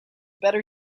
better